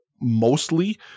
mostly